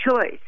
choice